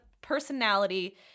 personality